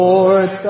Lord